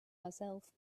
myself